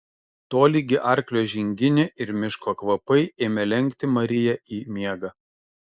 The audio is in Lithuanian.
tolygi arklio žinginė ir miško kvapai ėmė lenkti mariją į miegą